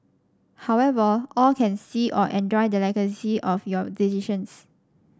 however all can see or enjoy the legacy of your decisions